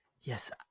Yes